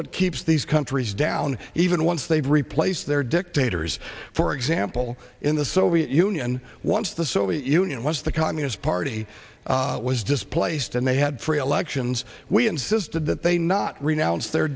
what keeps these countries down even once they've replaced their dictators for example in the soviet union once the soviet union was the communist party was displaced and they had free elections we insisted that they not renounce their